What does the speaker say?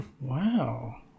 wow